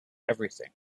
everything